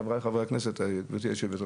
חבריי חברי הכנסת וגברתי יושבת הראש.